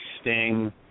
Sting